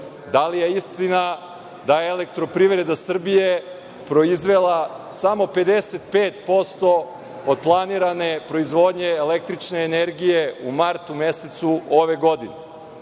Da li je istina da je EPS proizvela samo 55% od planirane proizvodnje električne energije u martu mesecu ove godine?